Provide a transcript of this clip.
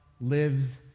lives